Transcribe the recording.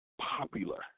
popular